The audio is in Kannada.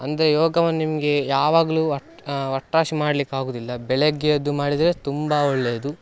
ಅಂದರೆ ಯೋಗವು ನಿಮಗೆ ಯಾವಾಗಲೂ ಒಟ್ಟು ಒಟ್ರಾಶಿ ಮಾಡ್ಲಿಕ್ಕಾಗೋದಿಲ್ಲ ಬೆಳಗ್ಗೆ ಎದ್ದು ಮಾಡಿದರೆ ತುಂಬ ಒಳ್ಳೆಯದು